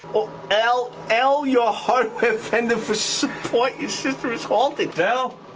l l your hardware vendor for support. your system has halted. dell,